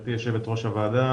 גברתי יו"ר הוועדה,